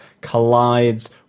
collides